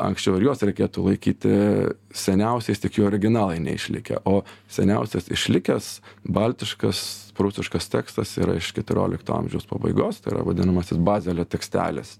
anksčiau ir juos reikėtų laikyti seniausiais tik jų originalai neišlikę o seniausias išlikęs baltiškas prūsiškas tekstas yra iš keturiolikto amžiaus pabaigos tai yra vadinamasis bazelio tekstelis